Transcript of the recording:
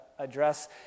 address